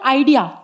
idea